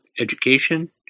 education